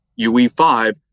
UE5